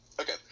okay